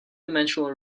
dimensional